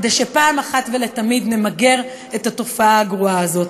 כדי שאחת ולתמיד נמגר את התופעה הגרועה הזאת.